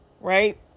right